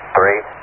three